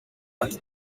ati